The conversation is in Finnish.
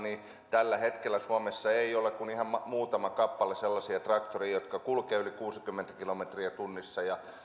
tällä hetkellä suomessa ei ole kuin ihan muutama kappale sellaisia traktoreita jotka kulkevat yli kuusikymmentä kilometriä tunnissa ja